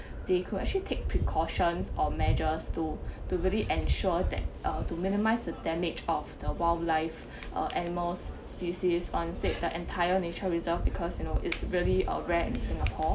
they could actually take precautions or measures to to really ensure that uh to minimise the damage of the wildlife uh animals species the entire nature reserve because you know it's really uh rare in singapore